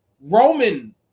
roman